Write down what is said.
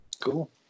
Cool